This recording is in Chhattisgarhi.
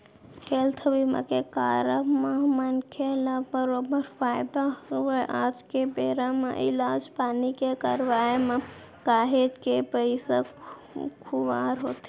हेल्थ बीमा के कारब म मनखे ल बरोबर फायदा हवय आज के बेरा म इलाज पानी के करवाय म काहेच के पइसा खुवार होथे